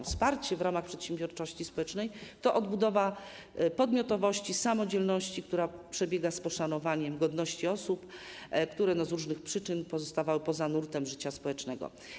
Wsparcie przedsiębiorczości społecznej to odbudowa podmiotowości, samodzielności, która przebiega z poszanowaniem godności osób, które z różnych przyczyn pozostawały poza nurtem życia społecznego.